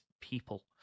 people